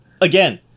again